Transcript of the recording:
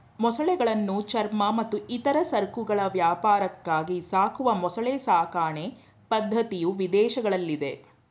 ಮೊಸಳೆಗಳನ್ನು ಚರ್ಮ ಮತ್ತು ಇತರ ಸರಕುಗಳ ವ್ಯಾಪಾರಕ್ಕಾಗಿ ಸಾಕುವ ಮೊಸಳೆ ಸಾಕಣೆ ಪದ್ಧತಿಯು ವಿದೇಶಗಳಲ್ಲಿದೆ